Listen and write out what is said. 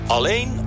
Alleen